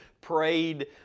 prayed